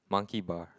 monkey bar